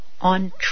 on